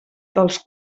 dels